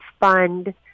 fund